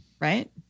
right